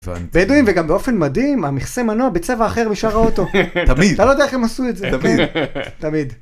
בדואים וגם באופן מדהים המכסה מנוע בצבע אחר משאר האוטו. תמיד, אתה לא יודע איך הם עשו את זה, תמיד